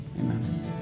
Amen